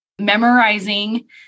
memorizing